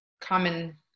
common